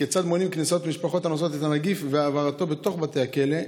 3. כיצד מונעים כניסת משפחות הנושאות את הנגיף והעברתו בתוך בתי הכלא?